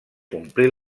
complir